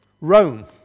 Rome